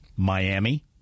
Miami